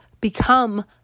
become